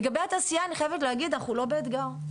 לגבי התעשייה אני חייבת להגיד, אנחנו לא באתגר.